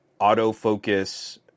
autofocus